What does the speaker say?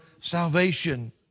salvation